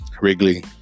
Wrigley